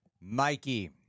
Mikey